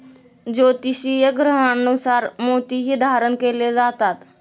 ज्योतिषीय ग्रहांनुसार मोतीही धारण केले जातात